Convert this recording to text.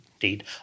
indeed